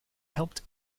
helped